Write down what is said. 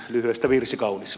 lyhyestä virsi kaunis